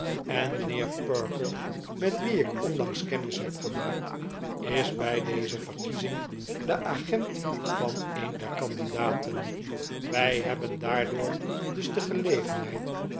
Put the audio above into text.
en mijnheer perker met wien ik onla'ngs kennis heb gemaakt is bij deze verkiezing de agent van een der candidaten wij hebben daardoor dus de gelegenheid